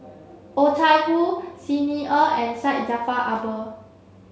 Oh Chai Hoo Xi Ni Er and Syed Jaafar Albar